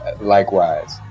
likewise